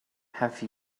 have